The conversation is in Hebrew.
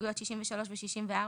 הסתייגות 28 עד 53. אנחנו